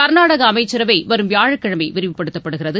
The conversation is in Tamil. கர்நாடக அமைச்சரவை வரும் வியாழக்கிழமை விரிவுபடுத்தப்படுகிறது